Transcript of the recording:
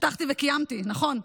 הבטחתי וקיימתי, נכון?